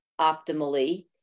optimally